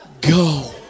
go